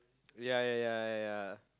ya ya ya